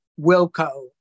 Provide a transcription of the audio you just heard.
Wilco